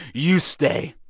you stay.